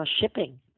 shipping